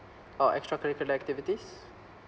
or extra curricular activities